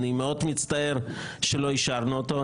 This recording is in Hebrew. אני מאוד מצטער שלא אישרנו אותו.